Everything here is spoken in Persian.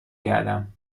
گردم